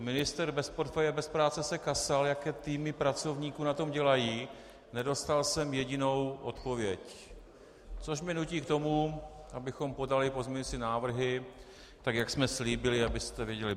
Ministr bez portfeje, bez práce se kasal, jaké týmy pracovníků na tom dělají nedostal jsem jedinou odpověď, což mě nutí k tomu, abychom podali pozměňovací návrhy, tak jak jsme slíbili, abyste je viděli.